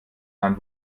dann